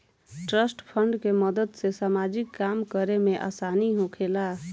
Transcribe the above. trust fund के मदद से सामाजिक काम करे में आसानी होखेला